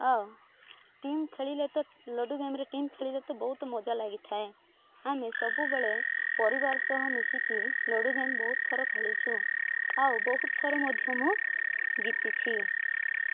team ଖେଳିଲେ ତ ludo ଗେମ୍ରେ ଟିମ୍ ଖେଳିଲେ ତ ବହୁତ ମଜା ଲାଗିଥାଏ ଆମେ ସବୁବେଳେ ପରିବାର ସହ ମିଶିକି ଲୁଡ଼ୁ ଗେମ୍ ବହୁତ ଥର ଖେଳିଛୁ ଆଉ ବହୁତ ଥର ମଧ୍ୟ ମୁଁ ଜିତିଛି